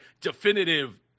definitive